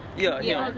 yeah, yeah.